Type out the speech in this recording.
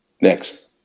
next